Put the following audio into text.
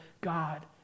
God